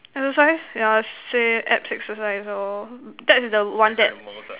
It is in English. exercise yeah say abs exercise lor that's the one that